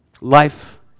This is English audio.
Life